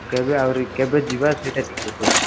କେବେ ଆହୁରି କେବେ ଯିବା ସେଇଟା ଟିକେ କହିଦିଅନ୍ତୁ